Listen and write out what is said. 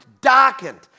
darkened